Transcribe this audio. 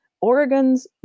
Oregon's